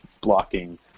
blocking